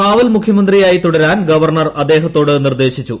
കാവൽ മുഖ്യമന്ത്രിയായി തുടരാൻ ഗവർണർ അദ്ദേഹത്തോട് നിർദ്ദേശിച്ചു